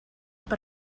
per